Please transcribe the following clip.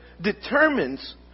determines